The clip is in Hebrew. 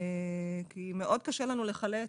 כי מאוד קשה לנו לחלץ.